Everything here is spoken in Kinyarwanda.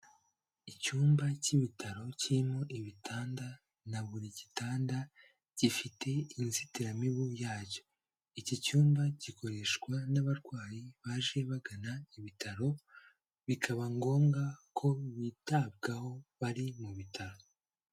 Icyumba k'ibitaro kirimo ibitanda na buri gitanda gifite inzitiramibu yacyo, iki cyumba gikoreshwa n'abarwayi baje bagana ibitaro bikaba ngombwa ko bitabwaho bari mu bitaro.